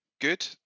Good